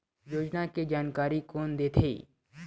योजना के जानकारी कोन दे थे?